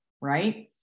right